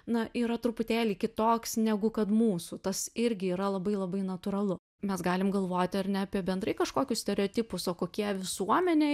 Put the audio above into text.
na yra truputėlį kitoks negu kad mūsų tas irgi yra labai labai natūralu mes galim galvoti ar ne apie bendrai kažkokius stereotipus o kokie visuomenėj